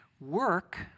Work